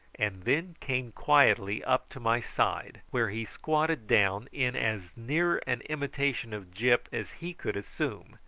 and then came quietly up to my side, where he squatted down in as near an imitation of gyp as he could assume,